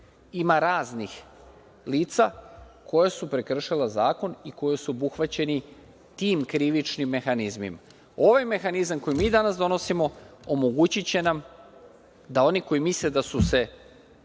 ima raznih lica koja su prekršila zakon i koja su obuhvaćena tim krivičnim mehanizmima. Ovaj mehanizam koji mi danas donosimo omogućiće nam da oni koji misle da su se